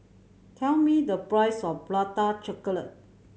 tell me the price of Prata Chocolate